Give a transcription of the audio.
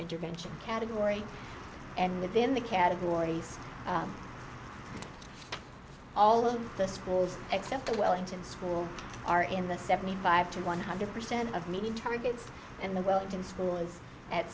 intervention category and within the categories all of the schools except the wellington school are in the seventy five to one hundred percent of median targets and the wellington school is at